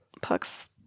Puck's